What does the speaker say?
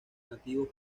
nativos